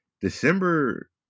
December